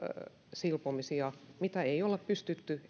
silpomisia mitä ei ei ole pystytty